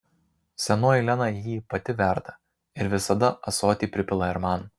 senoji lena jį pati verda ir visada ąsotį pripila ir man